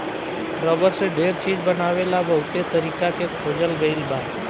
rubber से ढेर चीज बनावे ला बहुते तरीका के खोजल गईल बा